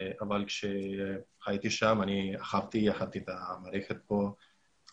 כשהייתי שם, הכנתי את המערכת כאן.